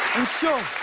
sure,